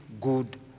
good